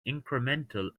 incremental